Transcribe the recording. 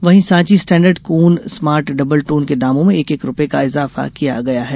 वहीं Sanchi standard cone smart double tone के दामों में एक एक रूपये का इजाफा किया गया है